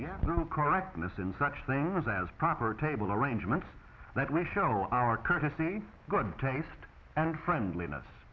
yes no correctness in such things as proper table arrangements that way show our courtesy good taste and friendliness